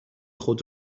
خود